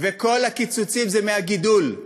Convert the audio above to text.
וכל הקיצוצים זה מהגידול.